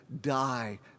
die